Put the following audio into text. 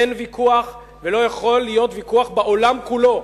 אין ויכוח, ולא יכול להיות ויכוח בעולם כולו,